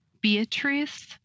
Beatrice